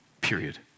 period